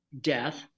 death